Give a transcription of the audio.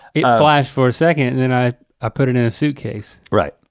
if flash for a second and and i ah put it in a suitcase. right,